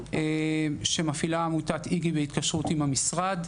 שמפעילה עמותת איגי בהתקשרות עם המשרד,